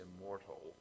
immortal